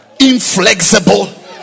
inflexible